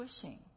pushing